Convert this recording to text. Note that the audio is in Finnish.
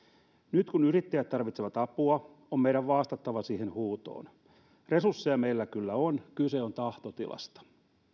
nyt kun yrittäjät tarvitsevat apua on meidän vastattava siihen huutoon resursseja meillä kyllä on kyse on tahtotilasta